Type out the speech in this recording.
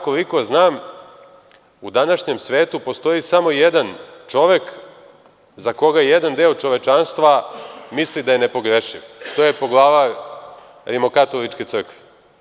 Koliko ja znam, u današnjem svetu postoji samo jedan čovek za koga jedan deo čovečanstva misli da je nepogrešiv, a to je poglavar Rimokatoličke crkve.